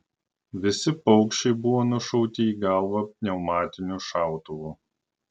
visi paukščiai buvo nušauti į galvą pneumatiniu šautuvu